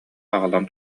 аҕалан